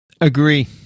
agree